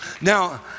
Now